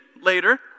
later